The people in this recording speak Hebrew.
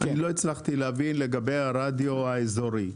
אני לא הצלחתי להבין לגבי הרדיו האזורי.